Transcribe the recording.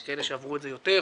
יש כאלה שעברו את זה יותר,